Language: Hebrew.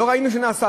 לא ראינו שנעשה.